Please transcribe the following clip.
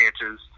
chances